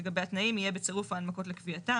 לגבי התנאים יהיה בצירוף ההנמקות לקביעתם.